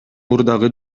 мурдагы